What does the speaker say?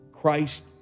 Christ